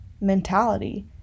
mentality